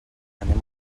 anem